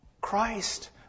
Christ